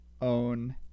own